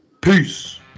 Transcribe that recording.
Peace